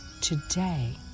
today